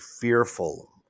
fearful